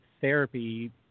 therapy